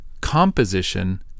composition